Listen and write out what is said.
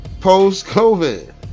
Post-COVID